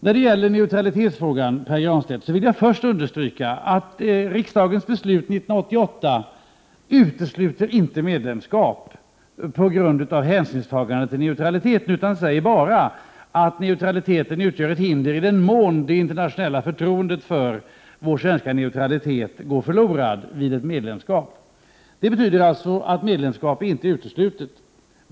När det gäller neutralitetsfrågan, Pär Granstedt, vill jag först understryka att riksdagens beslut 1988 inte utesluter medlemskap av hänsyn till neutraliteten — det säger bara att neutraliteten utgör ett hinder i den mån det internationella förtroendet för vår svenska neutralitet går förlorat vid ett medlemskap. Det betyder att medlemskap inte är uteslutet.